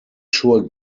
sure